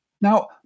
Now